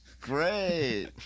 great